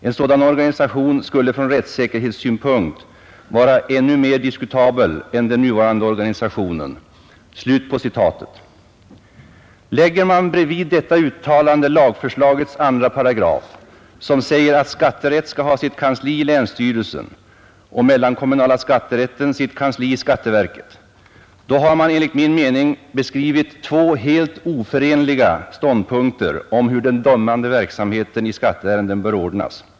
En sådan organisation skulle från rättssäkerhetssynpunkt vara ännu mer diskutabel än den nuvarande organisationen.” Lägger man bredvid detta uttalande lagförslagets 2 §, som säger att skatterätt skall ha sitt kansli i länsstyrelsen och mellankommunala skatterätten sitt kansli i riksskatteverket, då har man enligt min mening beskrivit två helt oförenliga ståndpunkter om hur den dömande verksamheten i skatteärenden bör ordnas.